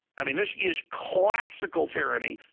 i mean, this is classical tyranny,